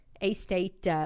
A-State